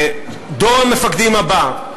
"דור המפקדים הבא",